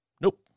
Nope